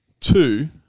Two